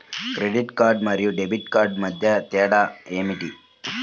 Credit card మరియు debit card మధ్య తేడా ఏమిటి?